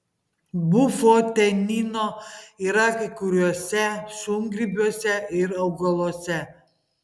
bufotenino yra kai kuriuose šungrybiuose ir augaluose